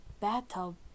bathtub